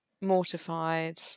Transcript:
mortified